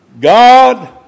God